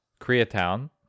Koreatown